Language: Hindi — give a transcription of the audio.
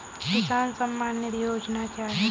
किसान सम्मान निधि योजना क्या है?